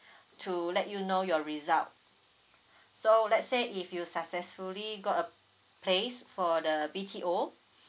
to let you know your result so let's say if you successfully got a place for the B_T_O